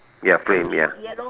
ya frame ya